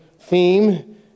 theme